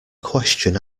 question